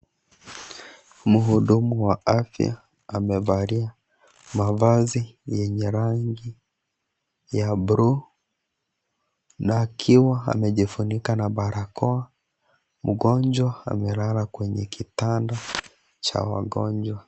Mhudumu wa afya, amevalia mavazi ya rangi ya blue ,na akiwa amejifunika na balakoa. Mgonjwa, amelala kwenye kitanda cha wagonjwa.